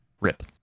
Rip